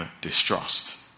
distrust